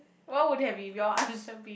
what would have be your answer be